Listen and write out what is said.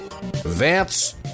Vance